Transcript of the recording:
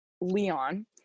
leon